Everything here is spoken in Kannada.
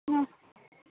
ಹ್ಞೂ